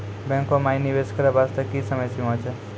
बैंको माई निवेश करे बास्ते की समय सीमा छै?